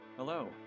Hello